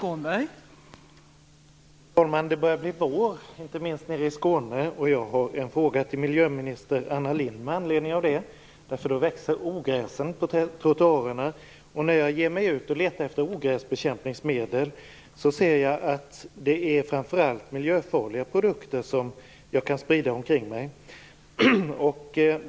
Fru talman! Det börjar bli vår, inte minst nere i Skåne. Jag har en fråga till miljöminister Anna Lindh med anledning av det. Då växer ogräset på trottoarerna. När jag ger mig ut för att leta efter ogräsbekämpningsmedel ser jag att det framför allt är miljöfarliga produkter som jag kan sprida omkring mig.